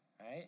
right